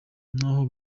nabo